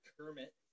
Kermit